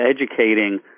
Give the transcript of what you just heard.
educating